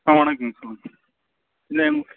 ஆ வணக்கம்ங்க சொல்லுங்கள்